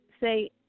say